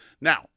Now